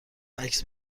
عکس